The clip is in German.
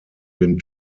den